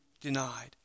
denied